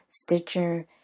Stitcher